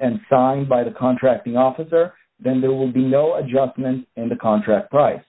and signed by the contracting officer then there will be no adjustment in the contract price